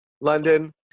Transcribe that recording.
London